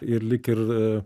ir lyg ir